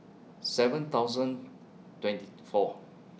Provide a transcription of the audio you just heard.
seven thousand twenty four